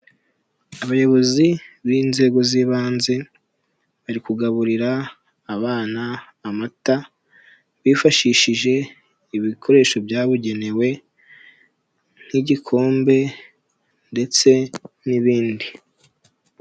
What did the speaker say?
Abayobozi b'inzego z'ibanze bari kugaburira abana amata bifashishije ibikoresho byabugenewe nk'igikombe ndetse n'ibindi.